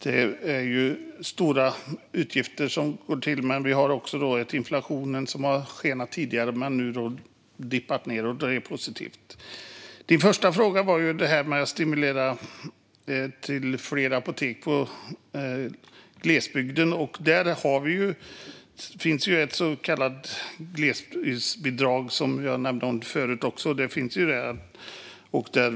Det tillkommer stora utgifter. Inflationen skenade tidigare, men nu dippar den nedåt. Och det är positivt. Den första frågan gällde hur man kan stimulera etablerandet av fler apotek till glesbygden. Jag nämnde tidigare att det finns ett så kallat glesbygdsbidrag.